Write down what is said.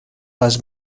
les